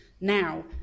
Now